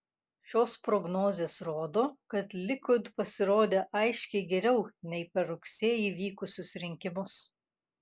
šios prognozės rodo kad likud pasirodė aiškiai geriau nei per rugsėjį vykusius rinkimus